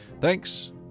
Thanks